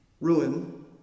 Ruin